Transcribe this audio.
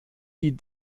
die